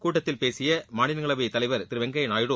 கூட்டத்தில் பேசிய மாநிலங்களவை தலைவர் திரு வெங்கய்யா நாயுடு